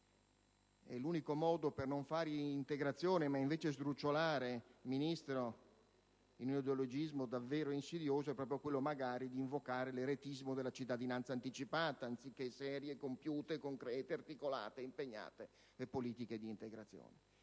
L'unico modo per non fare integrazione, ma invece sdrucciolare, signor Ministro, in un ideologismo davvero insidioso è proprio quello di invocare l'eretismo della cittadinanza anticipata, anziché serie, compiute, articolate ed impegnate politiche di integrazione.